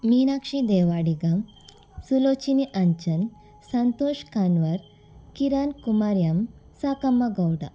Meenakshi Devadiga Sulochini Anchan Santosh Kanwar Kiran Kumar M Sakamma Gowda